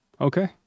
Okay